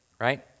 right